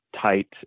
tight